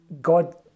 God